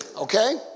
okay